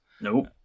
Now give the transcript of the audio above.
Nope